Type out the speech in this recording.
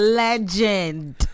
legend